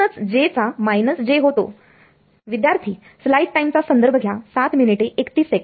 म्हणूनच j चा j होतो